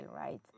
right